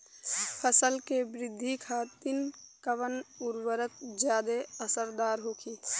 फसल के वृद्धि खातिन कवन उर्वरक ज्यादा असरदार होखि?